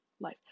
life